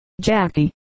Jackie